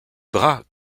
bras